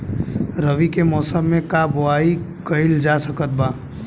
रवि के मौसम में का बोआई कईल जा सकत बा?